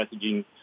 messaging